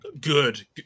Good